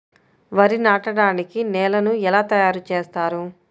వరి నాటడానికి నేలను ఎలా తయారు చేస్తారు?